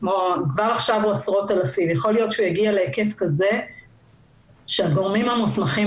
כבר עכשיו הוא עומד על עשרות אלפים להיקף כזה שהגורמים המוסמכים